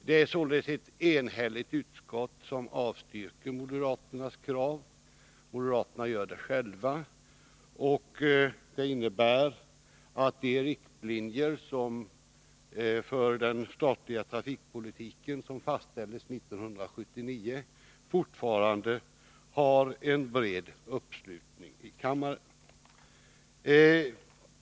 Det är således ett enhälligt utskott som avstyrker moderaternas krav — moderaterna gör det själva — och det innebär att de riktlinjer för den statliga trafikpolitiken som fastställdes 1979 fortfarande har en bred uppslutning i kammaren.